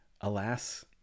alas